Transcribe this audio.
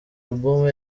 album